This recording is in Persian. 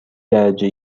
درجه